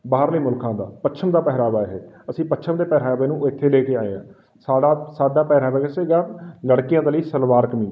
ਬਾਹਰਲੇ ਮੁਲਕਾਂ ਦਾ ਪੱਛਮ ਦਾ ਪਹਿਰਾਵਾ ਇਹ ਅਸੀਂ ਪੱਛਮ ਦੇ ਪਹਿਰਾਵੇ ਨੂੰ ਇੱਥੇ ਲੈ ਕੇ ਆਏ ਹਾਂ ਸਾੜਾ ਸਾਡਾ ਪਹਿਰਾਵਾ ਇਹ ਸੀਗਾ ਲੜਕੀਆਂ ਦੇ ਲਈ ਸਲਵਾਰ ਕਮੀਜ਼